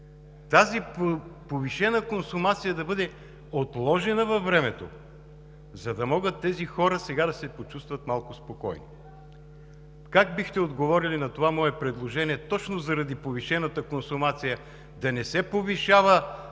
тази повишена консумация плащането да бъде отложено във времето, за да могат тези хора сега да се почувстват малко спокойни. Как бихте отговорили на това мое предложение – точно заради повишената консумация да не се повишават